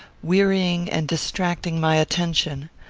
wearying and distracting my attention.